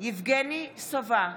יבגני סובה,